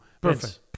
Perfect